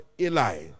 eli